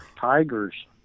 tiger's